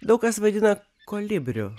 daug kas vadina kolibriu